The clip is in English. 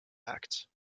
act